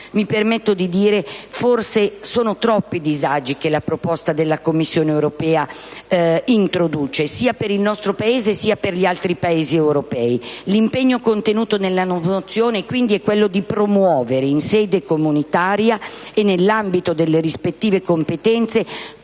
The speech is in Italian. mi permetto di affermare che forse sono troppo i disagi che la proposta della Commissione europea introduce, sia per il nostro Paese che per gli altri Paesi europei. L'impegno contenuto nella mozione è quello di promuovere, in sede comunitaria e nell'ambito delle rispettive competenze,